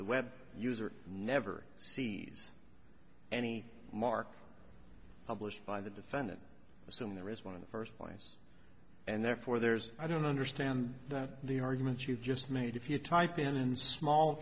the web user never sees any mark published by the defendant assume there is one of the first place and therefore there's i don't understand that the argument you just made if you type in small